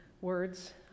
words